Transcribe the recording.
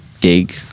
gig